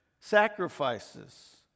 sacrifices